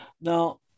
Now